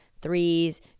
threes